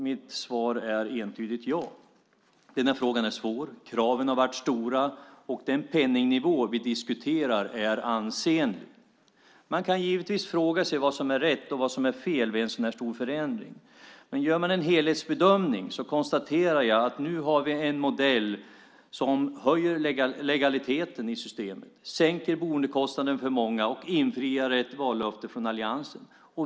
Mitt svar är entydigt ja. Den här frågan är svår. Kraven har varit stora, och den penningnivå vi diskuterar är ansenlig. Man kan givetvis fråga sig vad som är rätt och vad som är fel vid en så här stor förändring, men vid en helhetsbedömning kan jag konstatera att vi nu har en modell som höjer legaliteten i systemet, sänker boendekostnaden för många och infriar ett vallöfte från alliansen.